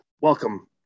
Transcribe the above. Welcome